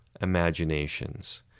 imaginations